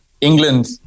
England